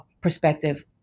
perspective